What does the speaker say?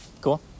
Cool